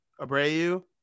Abreu